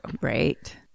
Right